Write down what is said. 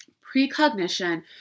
Precognition